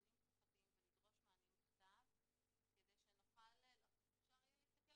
דיונים תקופתיים ולדרוש מענים בכתב כדי שאפשר יהיה להסתכל